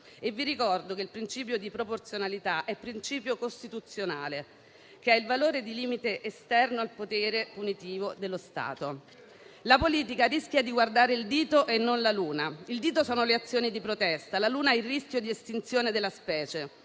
vi ricordo che quello di proporzionalità è un principio costituzionale e ha il valore di limite esterno al potere punitivo dello Stato. La politica rischia di guardare il dito e non la luna: il dito sono le azioni di protesta, la luna è il rischio di estinzione della specie.